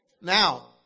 Now